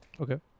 Okay